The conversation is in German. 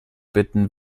bitten